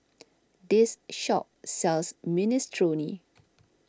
this shop sells Minestrone